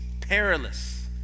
perilous